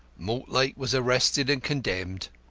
mortlake was arrested and condemned.